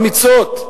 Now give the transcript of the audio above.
אמיצות.